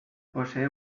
posee